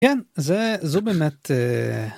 כן זה זו באמת.